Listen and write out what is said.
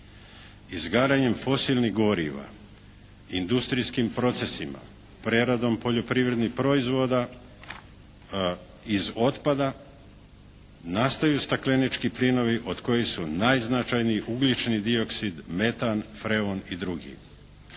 Izgaranjem fosilnih goriva, industrijskim procesima, preradom poljoprivrednih proizvoda iz otpada nastaju staklenički plinovi od kojih su najznačajniji ugljični dioksid, metan, freon i drugi.